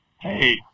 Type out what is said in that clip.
Hey